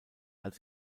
als